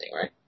right